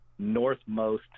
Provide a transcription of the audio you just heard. northmost